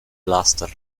blaster